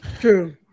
true